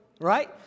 right